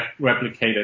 replicated